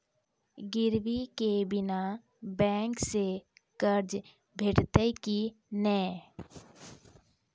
गिरवी के बिना बैंक सऽ कर्ज भेटतै की नै?